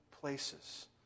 places